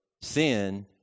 sin